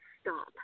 stop